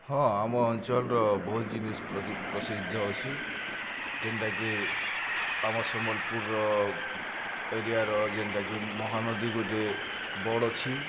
ହଁ ଆମ ଅଞ୍ଚଳର ବହୁତ୍ ଜିନିଷ୍ ପ୍ରସିଦ୍ଧ ଅଛି ଯେନ୍ଟାକି ଆମ ସମ୍ବଲପୁର୍ର ଏରିଆର ଯେନ୍ଟାକି ମହାନଦୀ ଗୋଟେ ବଡ଼୍ ଅଛି